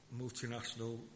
multinational